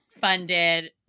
funded